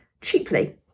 cheaply